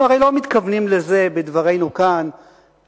אנחנו הרי לא מתכוונים לזה בדברינו כאן,